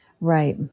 Right